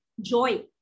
Joy